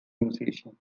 musician